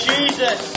Jesus